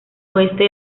oeste